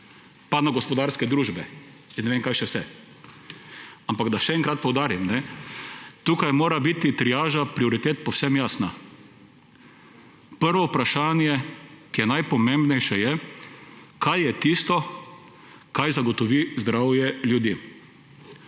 pa na gospodarske družbe in ne vem kaj še vse. Ampak, da še enkrat poudarim, tukaj mora biti triaža prioritet povsem jasna. Prvo vprašanje, ki je najpomembnejše, je: Kaj je tisto, kar zagotovi zdravje ljudi?